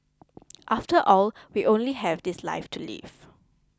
after all we only have this life to live